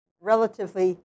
relatively